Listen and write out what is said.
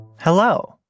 Hello